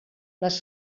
les